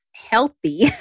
healthy